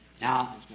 Now